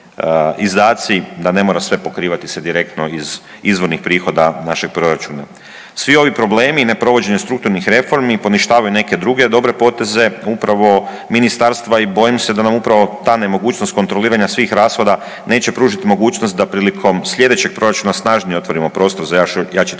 da ne mora sve pokrivati direktno iz izvornih prihoda našeg proračuna. Svi ovi problemi i neprovođenje strukturnih reformi poništavaju neke druge dobre poteze, upravo ministarstva i bojim se da nam upravo ta nemogućnost kontroliranja svih rashoda neće pružiti mogućnost da prilikom sljedećeg proračuna snažnije otvorimo prostor za jači